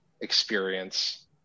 experience